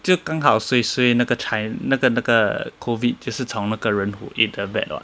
就刚好 suay suay 那个 chi~ 那个那个 COVID 就是从那个人 who ate the bat [what]